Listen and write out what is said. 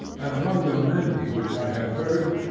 and among the many which i have heard,